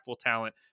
talent